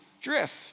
drift